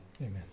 Amen